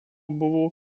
buvo